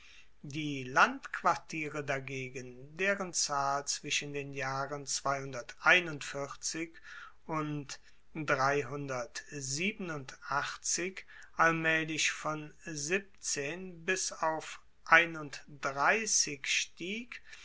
die landquartiere dagegen deren zahl zwischen den jahren und allmaehlich von siebzehn bis auf einunddreissig stieg